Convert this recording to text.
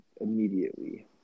immediately